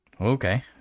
Okay